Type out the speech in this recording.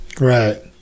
Right